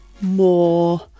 more